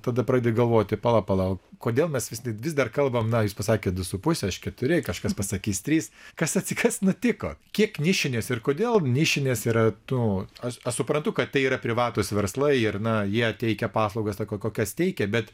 tada pradedi galvoti pala pala kodėl mes visi vis dar kalbame na jūs pasakėt du su puse iš keturi kažkas pasakys trys kas atsiti kas nutiko kiek nišinės ir kodėl nišinės yra tų aš suprantu kad tai yra privatūs verslai ir na jie teikia paslaugas tokias kokias teikia bet